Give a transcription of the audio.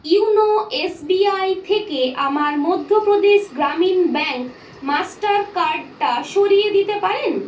YONO S B I থেকে আমার Madhya Pradesh Gramin bank master কার্ডটা সরিয়ে দিতে পারেন